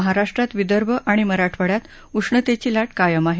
महाराष्ट्रात विदर्भ आणि मराठवाङ्यात उष्णतेची लाट कायम आहे